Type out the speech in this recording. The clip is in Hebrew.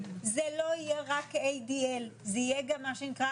זה לא יהיה רק ADL זה יהיה גם מה שנקרא